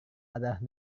adalah